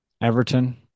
Everton